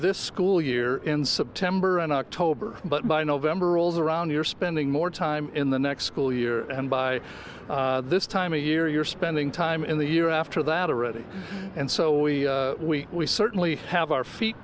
this school year in september and october but by november rolls around you're spending more time in the next school year and by this time of year you're spending time in the year after that already and so we we we certainly have our feet